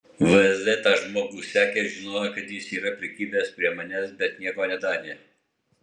vsd tą žmogų sekė žinojo kad jis yra prikibęs prie manęs bet nieko nedarė